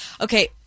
Okay